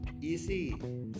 easy